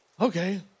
okay